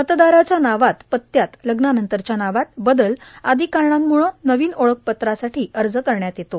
मतदाराच्या नावात पत्त्त्यात लग्नानंतरच्या नावात बदल आदी कारणांम्ळे नवीन ओळखपत्रासाठी अर्ज करता येतो